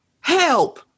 Help